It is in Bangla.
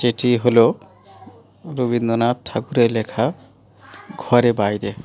যেটি হলো রবীন্দ্রনাথ ঠাকুরের লেখা ঘরে বাইরে